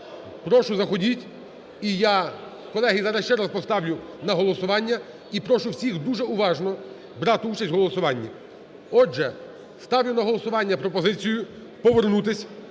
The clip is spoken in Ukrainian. Прошу заходіть і я, колеги, зараз ще раз поставлю на голосування і прошу всіх дуже уважно брати участь в голосуванні. Отже, ставлю на голосування пропозицію повернутися